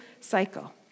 cycle